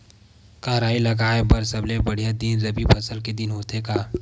का राई लगाय बर सबले बढ़िया दिन रबी फसल के दिन होथे का?